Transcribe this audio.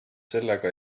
sellega